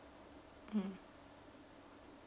mmhmm